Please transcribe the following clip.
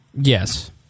Yes